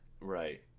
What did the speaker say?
Right